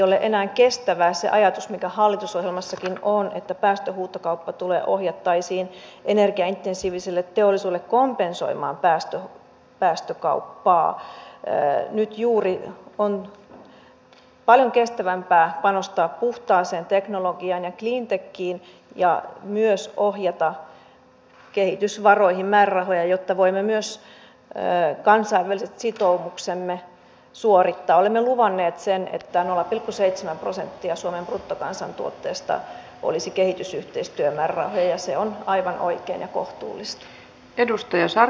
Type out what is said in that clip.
hyvin tärkeää on se minkä ministeri lindström totesi että olemme käynnistäneet intensiivisen vaikutusarvioinnin työllisyyden ja kilpailukyvyn näkökulmasta koska yhtäältä pariisin kokous avaa markkinoita cleantechille ja puhtaille ratkaisuille hienoa isot mahdollisuudet meille maailmanmarkkinoilla mutta toisaalta se luo paineita myöskin suomalaiselle energiaintensiiviselle teollisuudelle ja meidän pitää huolehtia siitä että meille ei tule vaikeuksia työllisyyden kannalta ja sen takia me tarvitsemme tässä myöskin vahvaa arviointia